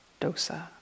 dosa